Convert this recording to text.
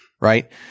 right